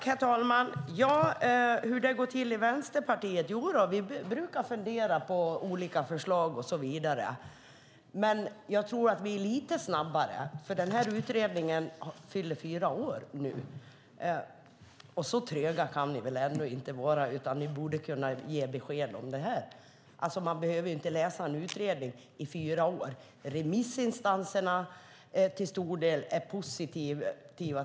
Herr talman! När det gäller hur det går till i Vänsterpartiet brukar vi fundera på olika förslag och så vidare. Men jag tror att vi är lite snabbare. Den här utredningen fyller fyra år nu. Så tröga kan vi väl ändå inte vara? Ni borde kunna ge besked om det. Man behöver inte läsa en utredning i fyra år. Remissinstanserna är till stor del positiva.